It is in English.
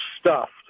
stuffed